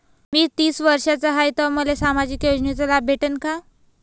मी तीस वर्षाचा हाय तर मले सामाजिक योजनेचा लाभ भेटन का?